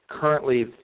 currently